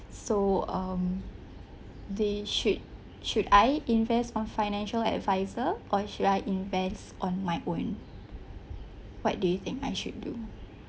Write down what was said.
so um they should should I invest on financial advisor or should I invest on my own what do you think I should do